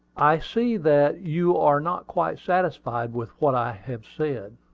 i see that you are not quite satisfied with what i have said.